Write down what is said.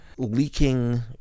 leaking